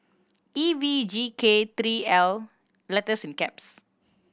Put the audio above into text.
E V G K three L